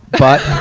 but,